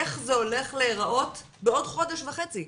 איך זה הולך להראות בעוד חודש וחצי,